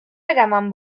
eraman